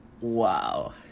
wow